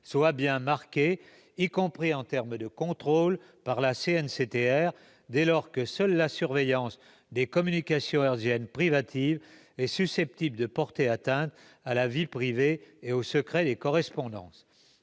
soit bien marquée, y compris en termes de contrôle par la CNCTR, dès lors que seule la surveillance des communications hertziennes privatives est susceptible de porter atteinte à la vie privée et au secret des correspondances.